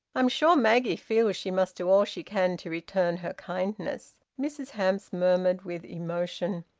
i'm sure maggie feels she must do all she can to return her kindness, mrs hamps murmured, with emotion.